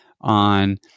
on